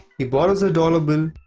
he borrows her dollar bill,